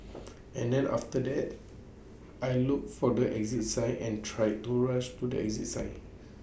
and then after that I looked for the exit sign and tried to rush to the exit sign